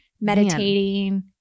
meditating